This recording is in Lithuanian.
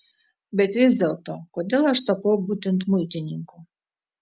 bet vis dėlto kodėl aš tapau būtent muitininku